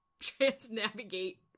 trans-navigate